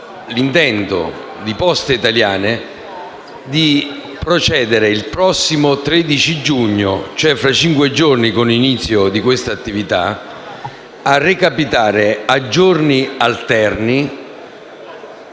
l’intento di Poste Italiane di procedere il prossimo 13 giugno (cioè fra cinque giorni) ad iniziare l’attività di recapito a giorni alterni